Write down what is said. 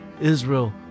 Israel